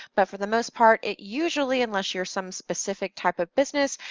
but for the most part, it usually, unless you're some specific type of business,